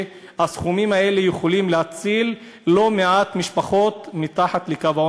שהסכומים האלה יכולים להציל לא מעט משפחות בתוכו,